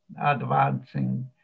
advancing